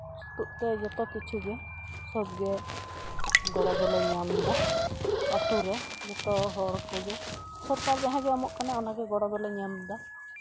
ᱥᱩᱛᱩᱜ ᱛᱮ ᱡᱚᱛᱚ ᱠᱤᱪᱷᱩ ᱜᱮ ᱥᱚᱵ ᱜᱮ ᱜᱚᱲᱚ ᱫᱚᱞᱮ ᱧᱟᱢᱫᱟ ᱟᱛᱳ ᱨᱮ ᱡᱚᱛᱚ ᱦᱚᱲ ᱠᱚᱜᱮ ᱥᱚᱨᱠᱟᱨ ᱡᱟᱦᱟᱸᱜᱮ ᱮᱢᱚᱜ ᱠᱟᱱᱟᱭ ᱚᱱᱟᱜᱮ ᱜᱚᱲᱚ ᱫᱚᱞᱮ ᱧᱟᱢᱫᱟ